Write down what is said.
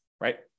right